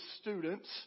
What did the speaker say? students